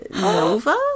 Nova